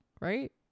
right